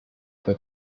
fue